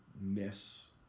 miss